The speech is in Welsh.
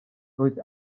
roedd